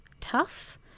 tough